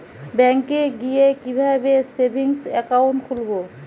ব্যাঙ্কে গিয়ে কিভাবে সেভিংস একাউন্ট খুলব?